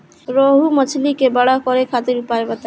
रोहु मछली के बड़ा करे खातिर उपाय बताईं?